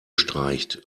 streicht